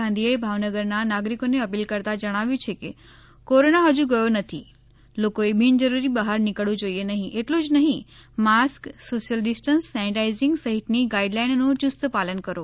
ગાંઘીએ ભાવનગરના નાગરિકોને અપીલ કરતાં જણાવ્યું છે કે કોરોના હજુ ગયો નથી લોકોએ બિન જરૂરી બહાર નીકળવું જોઈએ નહીં એટલું જ નહીં માસ્ક સોશિયલ ડિસ્ટન્સ સેનેટાઈઝીંગ સહિતની ગાઈડ લાઇનનું યુસ્ત પાલન કરો